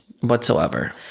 whatsoever